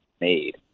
made